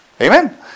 Amen